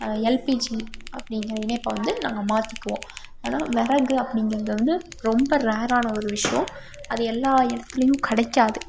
LPG அப்படிங்கிற இணைப்பை வந்து நாங்கள் மாற்றிக்குவோம் அதனால விறகு அப்படிங்கிறது வந்து ரொம்ப ரேரான ஒரு விஷயம் அது எல்லா இடத்துலயும் கிடைக்காது